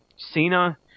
Cena